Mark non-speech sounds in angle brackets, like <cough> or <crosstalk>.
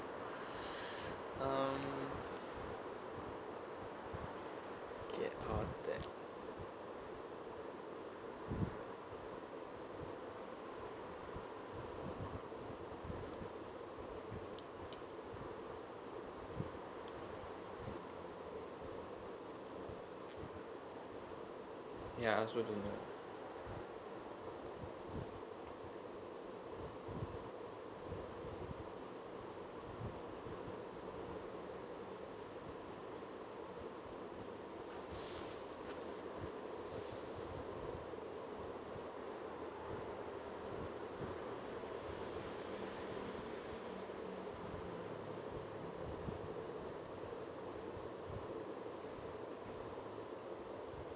<breath> mm get out of debt ya I also don't know